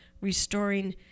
restoring